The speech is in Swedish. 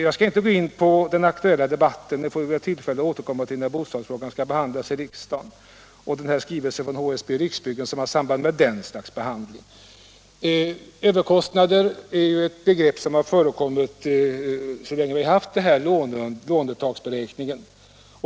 Jag skall inte gå in på den aktuella debatten — den får vi väl tillfälle att ta upp när bostadsfrågan och skrivelsen från HSB och Riksbyggen skall behandlas i riksdagen. Överkostnader är ett begrepp som förekommit så länge vi haft lånetaksberäkningen.